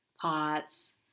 Pots